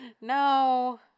No